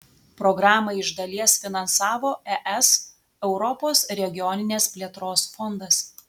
programą iš dalies finansavo es europos regioninės plėtros fondas